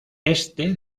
este